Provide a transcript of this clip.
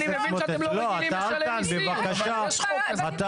אני מבין שאתם לא רגילים לשלם מסים .אבל יש חוק כזה.